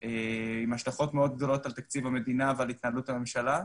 עם השלכות מאוד גדולות על תקציב המדינה ועל התנהלות הממשלה,